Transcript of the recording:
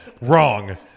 wrong